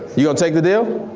you gonna take the deal?